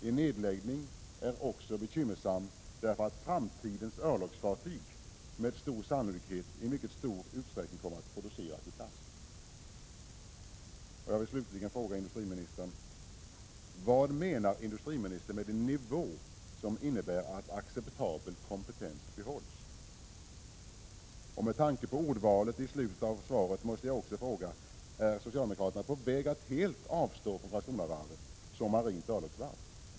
En nedläggning är också bekymmersam därför att framtidens örlogsfartyg med stor sannolikhet i mycket stor utsträckning kommer att produceras i plast. Med tanke på ordvalet i slutet av svaret måste jag också fråga: Är socialdemokraterna på väg att helt avstå från Karlskronavarvet som örlogsfartygsvarv?